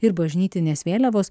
ir bažnytinės vėliavos